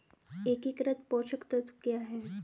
एकीकृत पोषक तत्व क्या है?